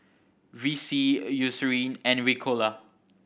Vichy Eucerin and Ricola